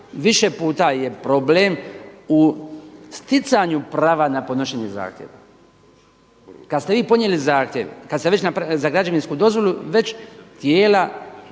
više puta je problem u sticanju prava na podnošenje zahtjeva. Kad ste vi podnijeli zahtjev za građevinsku dozvolu već tijela